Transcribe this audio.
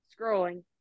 scrolling